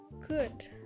good